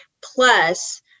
Plus